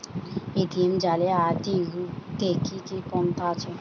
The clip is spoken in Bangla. এ.টি.এম জালিয়াতি রুখতে কি কি পন্থা আছে?